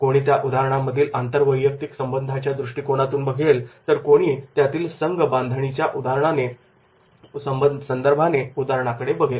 कोणी त्या उदाहरणामधील आंतरवैयक्तिक संबंधांच्या दृष्टिकोनातून बघेल तर कोणी त्यातील संघ बांधणीच्या संदर्भाने उदाहरणा कडे बघेल